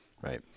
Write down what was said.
right